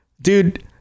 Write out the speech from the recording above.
Dude